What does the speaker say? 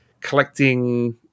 collecting